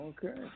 Okay